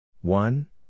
One